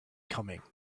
coming